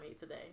today